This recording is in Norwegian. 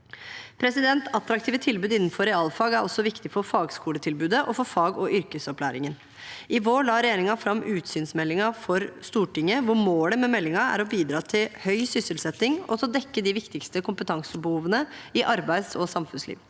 Attraktive tilbud innenfor realfag er også viktig for fagskoletilbudet og for fag- og yrkesopplæringen. I vår la regjeringen fram utsynsmeldingen for Stortinget, hvor målet med meldingen er å bidra til høy sysselsetting og til å dekke de viktigste kompetansebehovene i arbeidsog samfunnslivet.